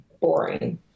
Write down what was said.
boring